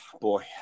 boy